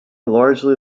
largely